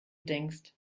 denkst